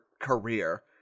career